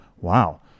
wow